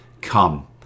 Come